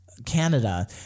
Canada